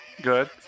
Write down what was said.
good